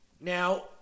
now